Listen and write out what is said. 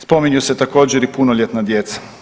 Spominju se također i punoljetna djeca.